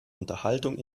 unterhaltung